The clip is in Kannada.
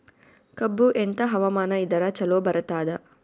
ಕಬ್ಬು ಎಂಥಾ ಹವಾಮಾನ ಇದರ ಚಲೋ ಬರತ್ತಾದ?